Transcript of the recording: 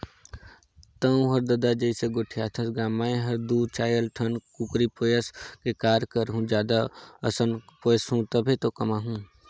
तहूँ हर ददा जइसे गोठियाथस गा मैं हर दू चायर ठन कुकरी पोयस के काय करहूँ जादा असन पोयसहूं तभे तो कमाहूं